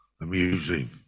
amusing